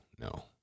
No